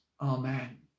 Amen